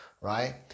right